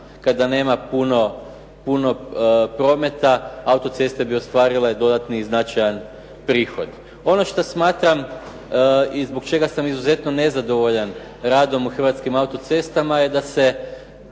kada nema puno prometa, autoceste bi ostvarile dodatni i značajan prihod. Ono što smatram i zbog čega sam izuzetno nezadovoljan radom Hrvatskih autocesta je da se,